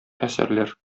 әсәрләр